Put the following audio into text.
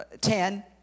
Ten